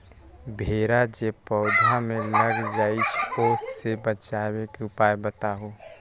भेरा जे पौधा में लग जाइछई ओ से बचाबे के उपाय बताऊँ?